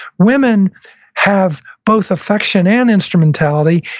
women have both affection and instrumentality,